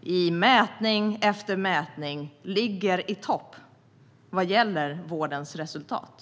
I mätning efter mätning ligger Sverige i topp vad gäller vårdens resultat.